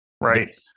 Right